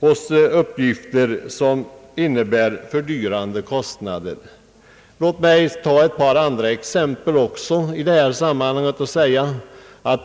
oss uppgifter som innebär kostnadsfördyringar. Låt mig i detta sammanhang ta även ett par andra exempel.